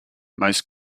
most